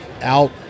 out